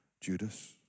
Judas